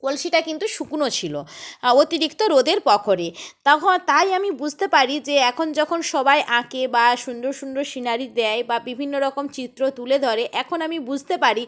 কলসিটা কিন্তু শুকনো ছিল অতিরিক্ত রোদের প্রখরে তখন তাই আমি বুঝতে পারি যে এখন যখন সবাই আঁকে বা সুন্দর সুন্দর সিনারি দেয় বা বিভিন্ন রকম চিত্র তুলে ধরে এখন আমি বুঝতে পারি